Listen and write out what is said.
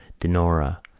dinorah,